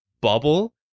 bubble